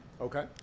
Okay